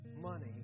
money